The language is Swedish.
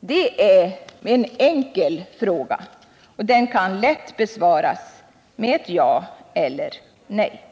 Det är en enkel fråga, och den kan besvaras med ja eller nej.